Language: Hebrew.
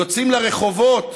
יוצאים לרחובות,